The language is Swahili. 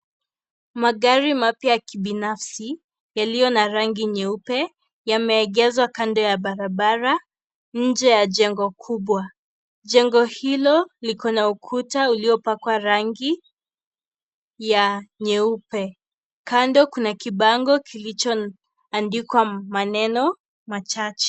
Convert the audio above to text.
Magari mapya ya kibinafsi yaliyo na rangi nyeupe yameegeshwa kando ya barabara nje ya jengo kubwa. Jengo hilo liko na ukuta ulio pakwa rangi ya nyeupe. Kando kuna kibango kilichoandikwa maneno machache.